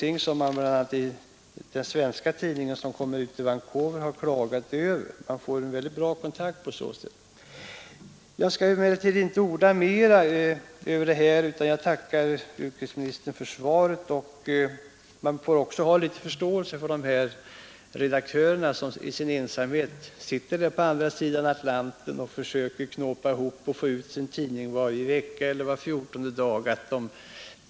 I den svenska tidning som kommer ut i Vancouver har det klagats över detta, eftersom sådana sändningar ger en väldigt bra kontakt. Man får ha förståelse för dessa redaktörer, som i sin ensamhet sitter på ören där ute; de andra sidan Atlanten och försöker knåpa ihop sin tidning varje vecka eller var fjortonde dag.